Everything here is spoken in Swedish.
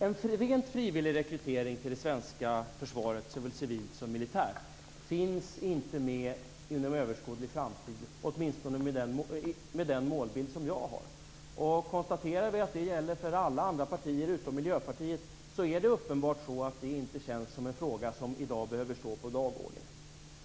En rent frivillig rekrytering till det svenska försvaret, såväl civilt som militärt, finns inte med inom överskådlig framtid, åtminstone med den målbild som jag har. Om vi konstaterar att det gäller för alla andra partier utom Miljöpartiet, är det uppenbarligen så att det inte känns som en fråga som behöver stå på dagordningen i dag.